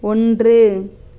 ஒன்று